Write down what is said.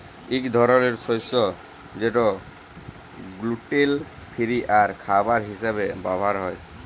ইক ধরলের শস্য যেট গ্লুটেল ফিরি আর খাবার হিসাবে ব্যাভার হ্যয়